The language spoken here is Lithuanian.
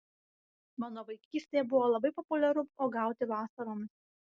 mano vaikystėje buvo labai populiaru uogauti vasaromis